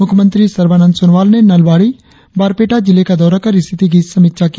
मुख्यमंत्री सर्बानंद सोनोवाल ने नलबाड़ी बारपेटा जिले का दौरा कर स्थिति की समीक्षा की